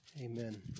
Amen